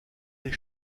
des